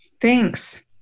Thanks